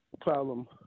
problem